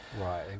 Right